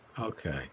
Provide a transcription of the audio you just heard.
Okay